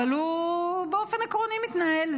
אבל הוא באופן עקרוני מתנהל,